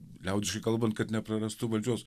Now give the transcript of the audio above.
liaudiškai kalbant kad neprarastų valdžios